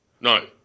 No